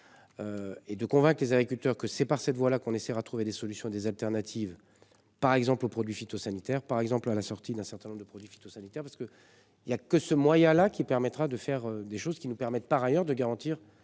Et de convaincre les agriculteurs que c'est par cette voie là qu'on essaiera de trouver des solutions, des alternatives par exemple aux produits phytosanitaires par exemple à la sortie d'un certain nombre de produits phytosanitaires parce que il y a que ce moyen là qui permettra de faire des choses qui nous permettent par ailleurs de garantir